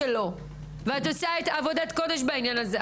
את עושה עבודת קודש בעניין הזה.